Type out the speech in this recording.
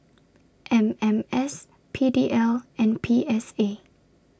M M S P D L and P S A